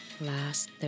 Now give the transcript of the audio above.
Last